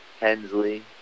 Hensley